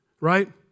right